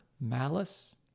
malice